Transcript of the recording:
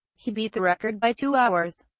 he beat the record by two hours.